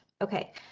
Okay